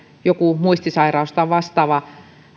joku muistisairaus tai vastaava